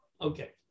Okay